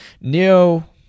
Neo